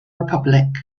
republic